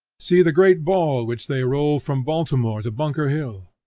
see the great ball which they roll from baltimore to bunker hill!